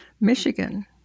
Michigan